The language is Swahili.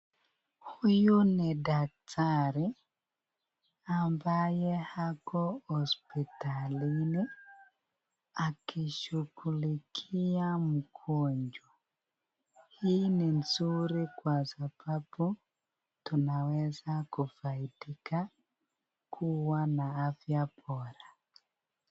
Huyu ni daktari ambaye ako hospitalini akishughulikia mgonjwa, hii ni nzuri kwa sababu tunaweza kufaidika kuwa na afya bora.